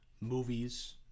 Movies